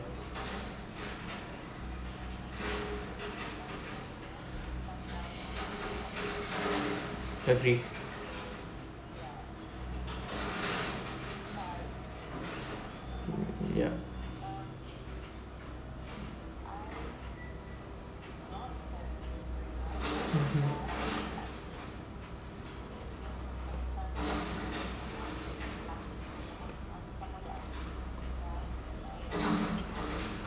agree ya mmhmm